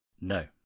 No